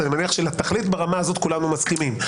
אני מניח שלתכלית ברמה הזו, כולנו מסכימים.